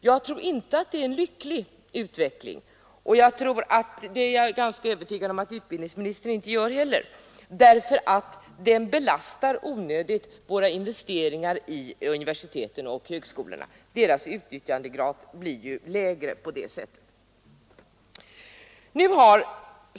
Jag tror inte att det är en lycklig utveckling — och jag är ganska övertygad om att utbildningsministern inte heller tror det — därför att den onödigt belastar våra investeringar i universiteten och högskolorna. Deras utnyttjandegrad blir ju lägre på det sättet.